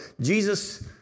Jesus